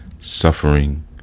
suffering